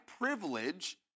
privilege